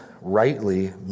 rightly